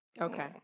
okay